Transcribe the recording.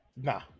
nah